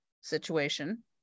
situation